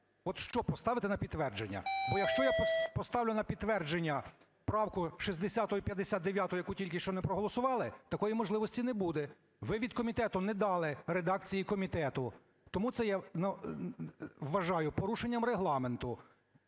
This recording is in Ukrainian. От що поставити на підтвердження? Бо якщо я поставлю на підтвердження правку 60-у і 59-у, яку тільки що не проголосували, такої можливості не буде. Ви від комітету не дали в редакції комітету. Тому це я вважаю порушенням Регламенту,